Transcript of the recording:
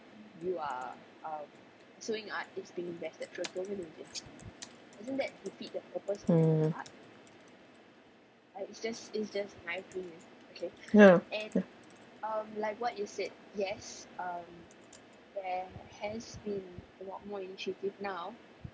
hmm ya ya